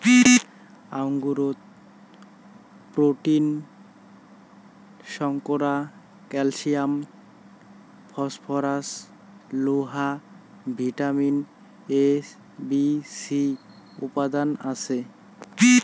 আঙুরত protein, শর্করা, calcium, phosphorus, লোহা, vitamin A, B, C উপাদান আছে